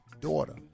daughter